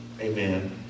amen